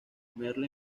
merle